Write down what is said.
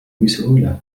بسهولة